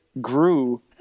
grew